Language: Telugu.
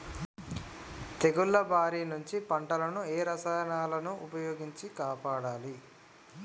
తెగుళ్ల బారి నుంచి పంటలను ఏ రసాయనాలను ఉపయోగించి కాపాడాలి?